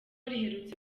riherutse